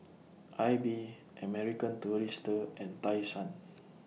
AIBI American Tourister and Tai Sun